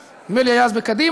נדמה לי שהוא היה אז בקדימה,